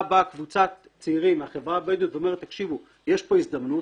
באה קבוצת צעירים מהחברה הבדואית ואומרת שיש כאן הזדמנות.